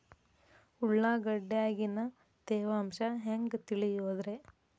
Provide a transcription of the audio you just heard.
ಉಳ್ಳಾಗಡ್ಯಾಗಿನ ತೇವಾಂಶ ಹ್ಯಾಂಗ್ ತಿಳಿಯೋದ್ರೇ?